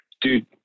dude